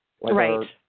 Right